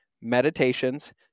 meditations